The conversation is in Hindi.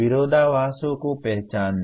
विरोधाभासों को पहचानना